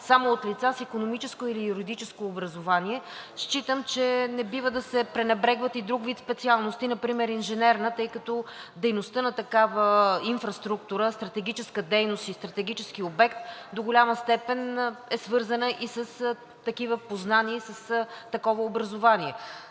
само от лица с икономическо или юридическо образование. Считам, че не бива да се пренебрегват и друг вид специалности, например инженерната, тъй като дейността на такава инфраструктура – стратегическа дейност и стратегически обект, до голяма степен е свързана и с такива познания, с такова образование.